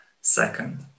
second